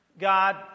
God